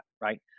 right